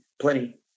plenty